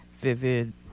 vivid